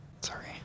sorry